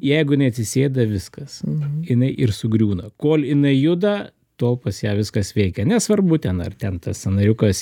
jeigu jinai atsisėda viskas jinai ir sugriūna kol jinai juda tol pas ją viskas veikia nesvarbu ten ar ten tas sąnariukas